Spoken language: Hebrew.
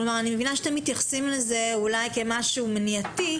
אני מבינה שאתם מתייחסים לזה אולי כאל משהו מניעתי,